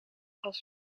als